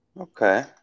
Okay